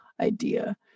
idea